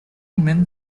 min